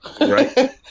Right